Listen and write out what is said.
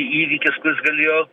įvykis kuris galėjo